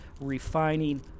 refining